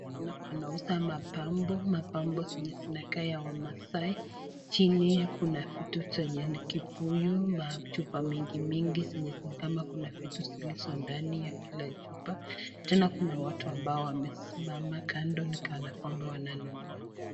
Hapa wanauza mapambo, mapambo zenye zinakaa ya wamaasai chini yao kuna vitu zenye ni kibuyu, machupa mingi mingi zenye nikama kuna vitu zilizondani ya kila chupa ,tena kuna watu ambao wamesimama kando ni kana kwamba wananunua.